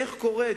איך קורה,